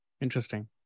Interesting